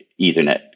Ethernet